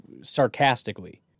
sarcastically